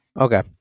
Okay